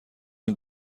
این